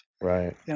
right